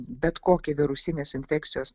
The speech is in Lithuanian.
bet kokia virusinės infekcijos